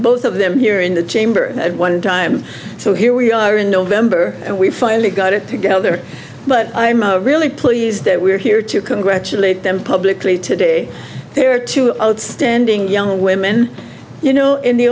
both of them here in the chamber at one time so here we are in november and we finally got it together but i'm really pleased that we're here to congratulate them publicly today there are two outstanding young women you know in the